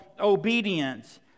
obedience